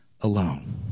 alone